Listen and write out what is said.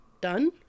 done